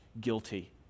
guilty